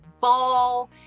ball